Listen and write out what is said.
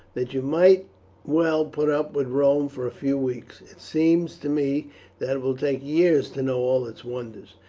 that you might well put up with rome for a few weeks. it seems to me that it will take years to know all its wonders.